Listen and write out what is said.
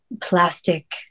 plastic